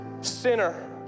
sinner